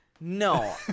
no